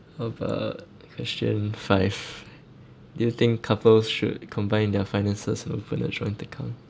how about question five do you think couples should combine their finances or open a joint account